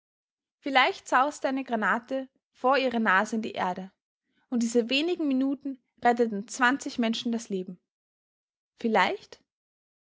vielleicht sauste eine granate vor ihrer nase in die erde und diese wenigen minuten retteten zwanzig menschen das leben vielleicht